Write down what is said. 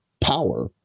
power